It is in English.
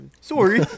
Sorry